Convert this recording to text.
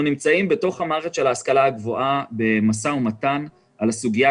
אנחנו נמצאים מול מערכת ההשכלה הגבוהה במשא ומתן בסוגיית